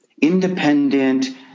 independent